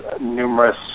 numerous